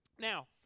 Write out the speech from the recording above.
Now